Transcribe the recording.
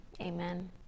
Amen